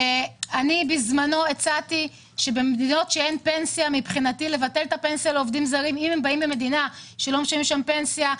בזמנו הצעתי לבטל פנסיה לעובדים זרים שבאים ממדינות שאין בהן פנסיה.